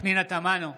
פנינה תמנו,